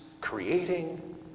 creating